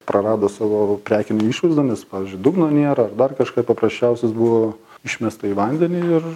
prarado savo prekinę išvaizdą nes pavyzdžiui dugno nėra ar dar kažką paprasčiausias buvo išmesta į vandenį ir